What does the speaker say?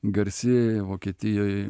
garsi vokietijoj